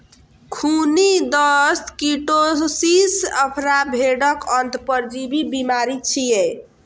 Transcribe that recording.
खूनी दस्त, कीटोसिस, आफरा भेड़क अंतः परजीवी बीमारी छियै